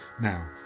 Now